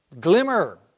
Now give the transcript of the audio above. glimmer